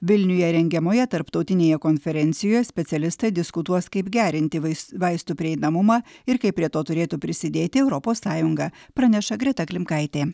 vilniuje rengiamoje tarptautinėje konferencijoje specialistai diskutuos kaip gerinti vais vaistų prieinamumą ir kaip prie to turėtų prisidėti europos sąjunga praneša greta klimkaitė